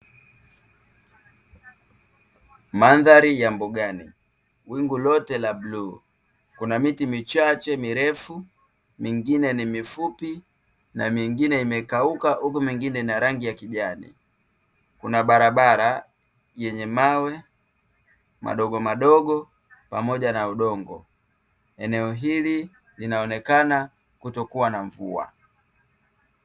Mandhari ya mbugani; wingu lote ni la bluu, kuna miti michache mirefu, mingine ni mifupi, na mingine imekauka, huku mingine ina rangi ya kijani. Kuna barabara, yenye mawe madogomadogo pamoja na udongo. Eneo hili linaonekana kutokuwa na mvua.